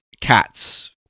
cats